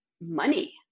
money